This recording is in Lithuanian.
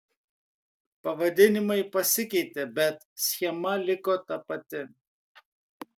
pavadinimai pasikeitė bet schema liko ta pati